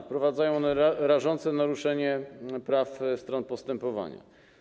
Wprowadzają one rażące naruszenie praw stron postępowania.